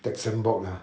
texan board lah